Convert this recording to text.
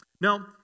Now